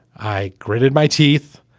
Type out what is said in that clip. i gritted my teeth.